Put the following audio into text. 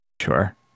Sure